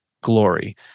glory